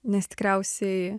nes tikriausiai